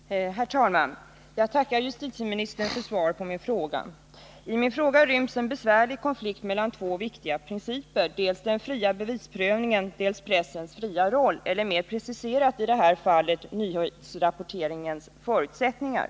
Nr 96 Herr talman! Jag tackar justitieministern för svaret på min fråga. Torsdagen den I min fråga ryms en besvärlig konflikt mellan två viktiga principer, dels den — 28 februari 1980 fria bevisprövningen, dels pressens fria roll, eller mer preciserat i det här fallet: nyhetsrapporteringens förutsättningar.